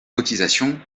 cotisations